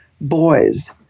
boys